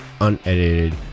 unedited